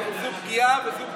זו פגיעה וזו פגיעה.